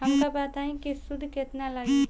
हमका बताई कि सूद केतना लागी?